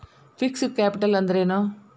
Fixed capital ಅಂದ್ರೇನು?